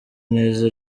neza